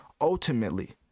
ultimately